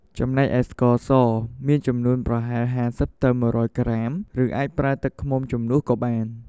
ចំណែកឯស្ករស មានចំនួនប្រហែល ៥០-១០០ ក្រាម ឬអាចប្រើទឹកឃ្មុំជំនួសក៏បាន។